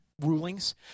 rulings